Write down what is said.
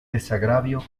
desagravio